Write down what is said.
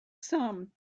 some